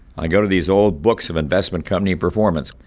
i go to these old books of investment company performance,